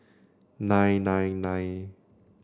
nine nine nine